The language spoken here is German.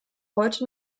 heute